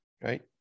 right